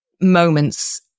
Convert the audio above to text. moments